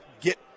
get